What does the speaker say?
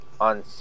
on